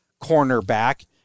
cornerback